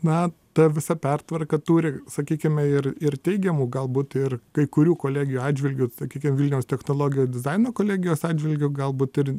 na ta visa pertvarka turi sakykime ir ir teigiamų galbūt ir kai kurių kolegijų atžvilgiu sakykim vilniaus technologijų dizaino kolegijos atžvilgiu galbūt ir